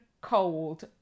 cold